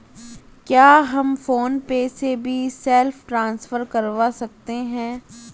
क्या हम फोन पे से भी सेल्फ ट्रांसफर करवा सकते हैं?